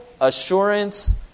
assurance